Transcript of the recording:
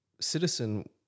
Citizen